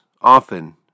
often